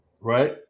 right